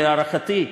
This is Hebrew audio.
להערכתי,